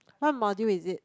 what module is it